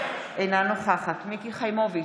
אינה נוכחת מיקי חיימוביץ'